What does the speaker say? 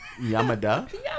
Yamada